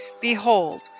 Behold